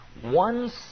One